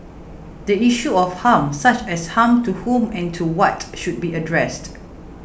the issue of harm such as harm to whom and to what should be addressed